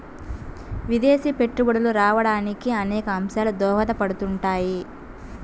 విదేశీ పెట్టుబడులు రావడానికి అనేక అంశాలు దోహదపడుతుంటాయి